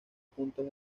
puntos